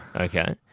okay